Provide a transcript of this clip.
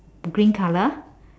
green colour